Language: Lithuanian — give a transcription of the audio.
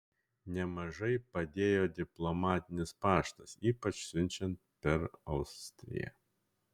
nemažai padėjo diplomatinis paštas ypač siunčiant per austriją